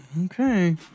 Okay